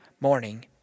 morning